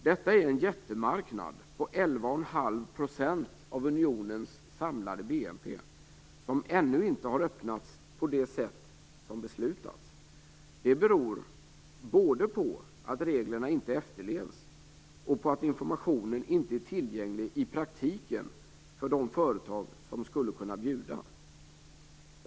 Detta är en jättemarknad på 111⁄2 % av unionens samlade BNP som ännu inte har öppnats på det sätt som beslutats. Det beror både på att reglerna inte efterlevs och på att informationen inte är tillgänglig i praktiken för de företag som skulle kunna bjuda.